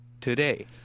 today